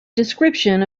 description